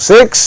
Six